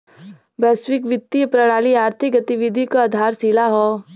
वैश्विक वित्तीय प्रणाली आर्थिक गतिविधि क आधारशिला हौ